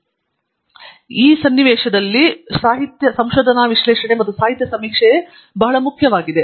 ಆದ್ದರಿಂದ ಒಂದು ಸಂಶೋಧನಾ ಸಿದ್ಧಾಂತದ ಸನ್ನಿವೇಶದಲ್ಲಿ ವಿಶ್ಲೇಷಣೆ ಮತ್ತು ಸಾಹಿತ್ಯ ಸಮೀಕ್ಷೆಯ ಸಂಶೋಧನೆ ಬಹಳ ಮುಖ್ಯವಾಗಿದೆ